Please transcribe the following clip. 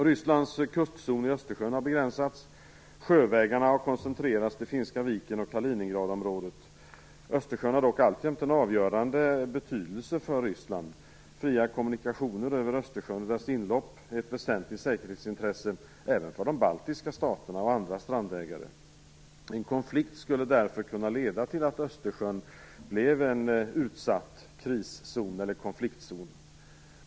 Rysslands kustzon i Östersjön har begränsats, och sjövägarna har koncentrerats till Finska viken och Kaliningradområdet. Östersjön har dock alltjämt en avgörande betydelse för Ryssland. Fria kommunikationer över Östersjön och dess inlopp är ett väsentligt säkerhetsintresse även för de baltiska staterna och andra strandägare. En konflikt skulle därför kunna leda till att Östersjön blev en utsatt kriszon eller konfliktzon.